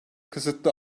kısıtlı